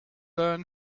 learn